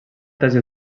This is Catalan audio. tesi